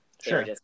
Sure